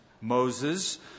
Moses